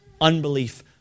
unbelief